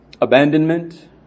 Abandonment